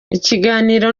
ikiganiro